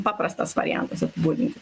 paprastas variantas apibūdinti